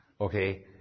Okay